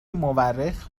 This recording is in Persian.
مورخ